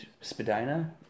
Spadina